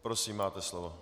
Prosím, máte slovo.